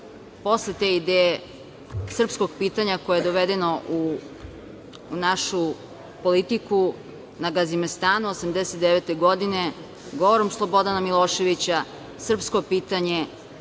posle te ideje srpskog pitanja koje je dovedeno u našu politiku na Gazimestanu 1989. godine govorom Slobodana Miloševića, srpsko pitanje